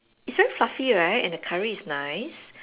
it's very fluffy right and the curry is nice